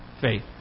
faith